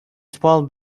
small